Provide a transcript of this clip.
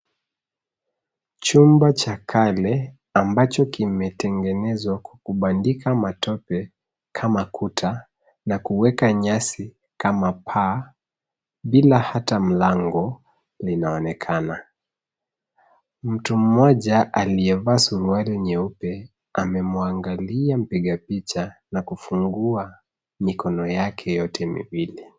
Chumba cha kale ambacho kimetengenezwa kwa kubandika matope kama kuta na kuweka nyasi kama paa bila hata mlango linaonekana. Mtu mmoja aliyevaa suruali nyeupe amemwangalia mpiga picha na kufungua mikono yake yote miwili.